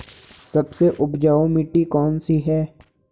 सबसे उपजाऊ मिट्टी कौन सी है?